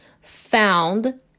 found